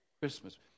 Christmas